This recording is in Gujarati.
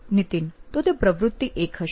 નીતિન હા તે પ્રવૃત્તિ 1 હશે